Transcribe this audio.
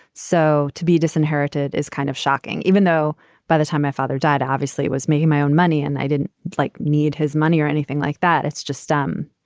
so to be disinherited is kind of shocking, even though by the time my father died, obviously, it was making my own money and i didn't like need his money or anything like that. it's just um